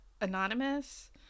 anonymous